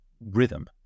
rhythm